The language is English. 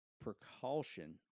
precaution